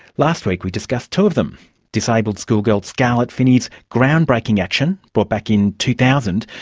last week we discussed two of them disabled schoolgirl scarlett finney's groundbreaking action, brought back in two thousand,